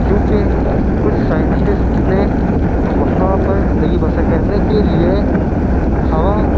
کیوں کہ کچھ سائنٹسٹ نے وہاں پر زندگی بسر کرنے کے لیے ہَوا